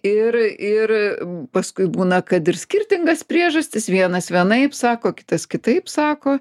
ir ir paskui būna kad ir skirtingas priežastis vienas vienaip sako kitas kitaip sako